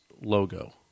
logo